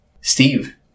Steve